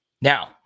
now